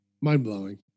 mind-blowing